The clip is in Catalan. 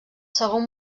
segon